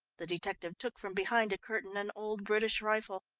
the detective took from behind a curtain an old british rifle.